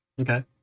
Okay